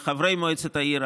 ולחברי מועצת העיר,